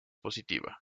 positiva